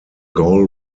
goal